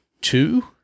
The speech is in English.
two